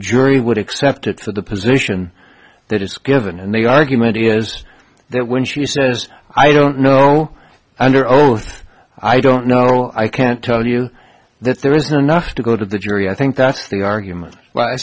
jury would accept it for the position that it's given and the argument is that when she says i don't know under oath i don't know i can't tell you that there isn't enough to go to the jury i think that's the argument but i